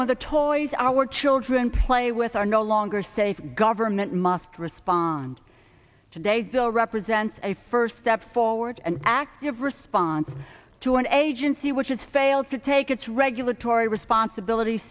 or the toys our children play with are no longer safe government must respond today's bill represents a first step forward and active response to an agency which has failed to take its regulatory responsibilities